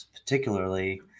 particularly